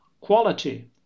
quality